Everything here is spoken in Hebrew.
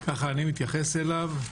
ככה אני מתייחס אליו,